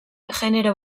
genero